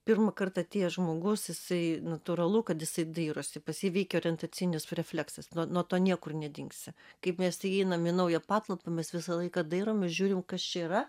pirmąkart atėjęs žmogus jisai natūralu kad jisai dairosi pas jį veikia orientacinis refleksas nuo nuo to niekur nedingsi kaip mes įeinam į naują patalpą mes visą laiką dairomės žiūrim kas čia yra